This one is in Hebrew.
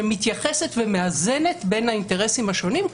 שמתייחסת ומאזנת בין האינטרסים השונים,